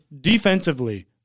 defensively